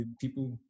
people